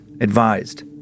advised